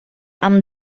amb